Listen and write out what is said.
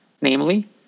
namely